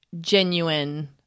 genuine